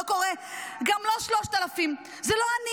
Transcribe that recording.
לא קורה.